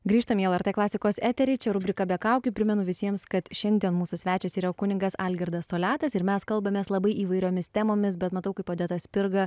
grįžtam į lrt klasikos eterį čia rubrika be kaukių primenu visiems kad šiandien mūsų svečias yra kunigas algirdas toliatas ir mes kalbamės labai įvairiomis temomis bet matau kaip odeta spirga